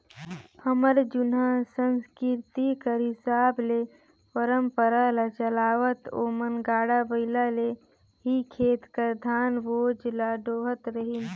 हमर जुनहा संसकिरती कर हिसाब ले परंपरा ल चलावत ओमन गाड़ा बइला ले ही खेत कर धान बोझा ल डोहत रहिन